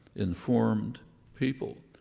informed people,